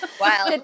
Wow